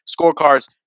scorecards